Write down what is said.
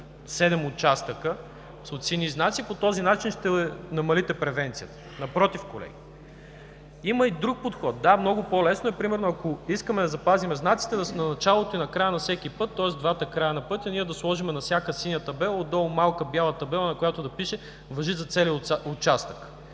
7 участъка – сини знаци, по този начин ще намалите превенцията. Напротив, колеги. Има и друг подход. Много по-лесно е примерно, ако искаме да запазим знаците, да са в началото и в края на всеки път, тоест в двата края на пътя, на всяка синя табела да сложим отдолу малка бяла табела, на която да пише: „Важи за целия участък“,